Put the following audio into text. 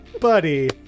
Buddy